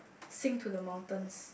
sing to the mountains